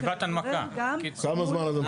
כמה זמן אתם צריכים לדעתך?